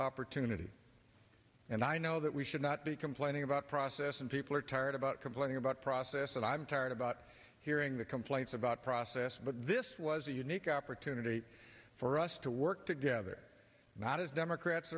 opportunity and i know that we should not be complaining about process and people are tired about complaining about process and i'm tired about hearing the complaints about process but this was a unique opportunity for us to work together not as democrats